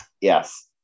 Yes